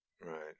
Right